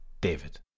David